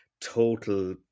total